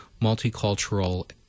multicultural